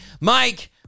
Mike